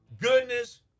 Goodness